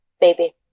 baby